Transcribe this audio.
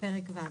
פרק ו':